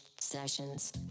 Sessions